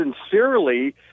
sincerely